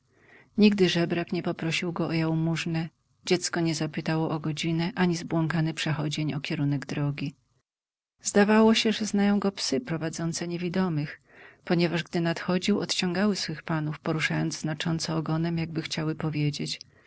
nigdy żebrak nie poprosił go o jałmużnę dziecko nie zapytało o godzinę ani zbłąkany przechodzień o kierunek drogi zdawało się że znają go psy prowadzące niewidomych ponieważ gdy nadchodził odciągały swych panów poruszając znacząco ogonem jakby chciały powiedzieć